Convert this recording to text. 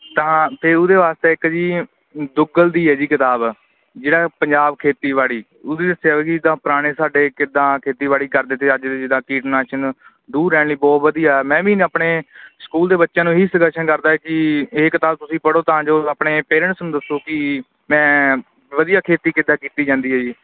ਤਾਂ ਹਾਂ ਫਿਰ ਉਹਦੇ ਵਾਸਤੇ ਇੱਕ ਜੀ ਦੁੱਗਲ ਦੀ ਹੈ ਜੀ ਕਿਤਾਬ ਜਿਹੜਾ ਪੰਜਾਬ ਖੇਤੀਬਾੜੀ ਉਹਦੇ 'ਚ ਦੱਸਿਆ ਵਾ ਕਿ ਪੁਰਾਣੇ ਸਾਡੇ ਕਿੱਦਾਂ ਖੇਤੀਬਾੜੀ ਕਰਦੇ ਤੇ ਅੱਜ ਦਾ ਕੀਟਨਾਸ਼ਕ ਦੂਰ ਰਹਿਣ ਲਈ ਬਹੁਤ ਵਧੀਆ ਮੈਂ ਵੀ ਆਪਣੇ ਸਕੂਲ ਦੇ ਬੱਚਿਆਂ ਨੂੰ ਇਹ ਹੀ ਸਜੇਸਨ ਕਰਦਾ ਕਿ ਇਹ ਕਿਤਾਬ ਤੁਸੀਂ ਪੜ੍ਹੋ ਤਾਂ ਜੋ ਆਪਣੇ ਪੇਰੈਂਟਸ ਨੂੰ ਦੱਸੋ ਕਿ ਮੈਂ ਵਧੀਆ ਖੇਤੀ ਕਿੱਦਾਂ ਕੀਤੀ ਜਾਂਦੀ ਹੈ ਜੀ